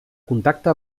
contacte